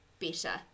better